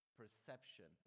perception